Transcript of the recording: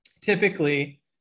Typically